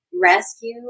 rescue